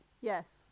Yes